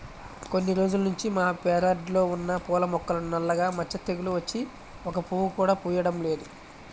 కొన్ని రోజుల్నుంచి మా పెరడ్లో ఉన్న పూల మొక్కలకు నల్ల మచ్చ తెగులు వచ్చి ఒక్క పువ్వు కూడా పుయ్యడం లేదు